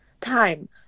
time